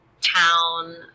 town